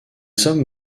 hommes